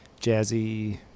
jazzy